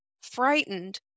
frightened